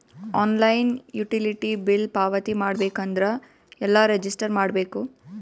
Online utility bill ಪಾವತಿ ಮಾಡಬೇಕು ಅಂದ್ರ ಎಲ್ಲ ರಜಿಸ್ಟರ್ ಮಾಡ್ಬೇಕು?